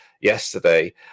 yesterday